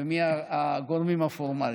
ומי הגורמים הפורמליים.